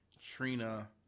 Trina